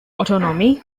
autonomy